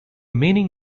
meaning